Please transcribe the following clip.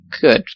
Good